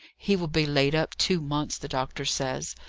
he will be laid up two months, the doctor says,